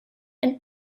and